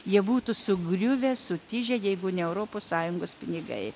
jie būtų sugriuvę sutižę jeigu ne europos sąjungos pinigai